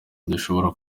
udashobora